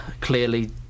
clearly